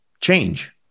Change